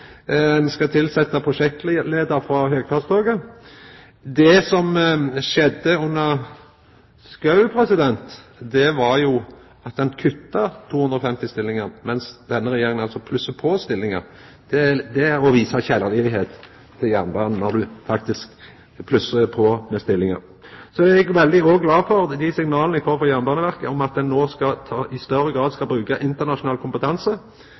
Det som skjedde under Schou, var at ein kutta 250 stillingar, mens denne regjeringa plussar på med stillingar. Det er å visa kjærleik til jernbanen når ein faktisk plussar på med stillingar. Eg er òg veldig glad for dei signalane eg får frå Jernbaneverket om at dei no i større grad skal bruka internasjonal kompetanse.